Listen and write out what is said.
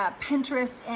ah pinterest, and